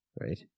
Right